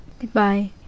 Goodbye